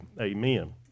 amen